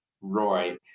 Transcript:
Roy